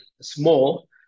small